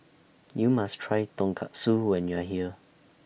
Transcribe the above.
YOU must Try Tonkatsu when YOU Are here